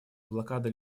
блокада